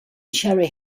cherry